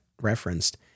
referenced